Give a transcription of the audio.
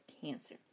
cancer